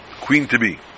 queen-to-be